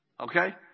Okay